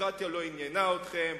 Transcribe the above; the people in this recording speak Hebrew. הדמוקרטיה לא עניינה אתכם,